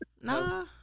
nah